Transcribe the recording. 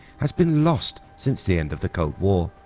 has been lost since the end of the cold war,